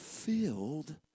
Filled